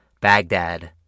Baghdad